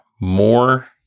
more